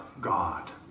God